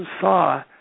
saw